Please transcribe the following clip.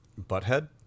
Butthead